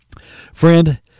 Friend